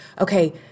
Okay